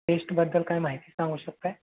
टेस्टबद्दल काय माहिती सांगू शकत आहात